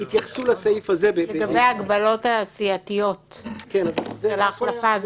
שהתייחסו לסעיף הזה --- לגבי ההגבלות הסיעתיות של ההחלפה,